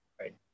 Right